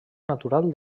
natural